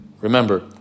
Remember